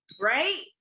right